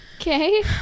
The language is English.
okay